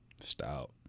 stout